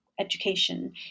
education